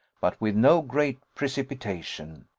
but with no great precipitation.